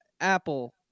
apple